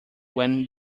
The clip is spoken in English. when